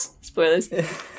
Spoilers